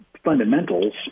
fundamentals